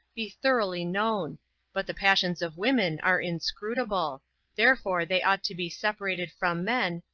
be thoroughly known but the passions of women are inscrutable therefore they ought to be separated from men,